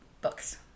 books